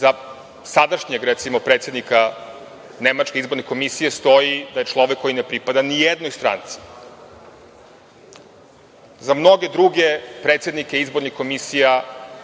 za sadašnjeg predsednika nemačke izborne komisije stoji da je čovek koji ne pripada nijednoj stranci. Za mnoge druge predsednike izbornih komisija